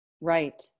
Right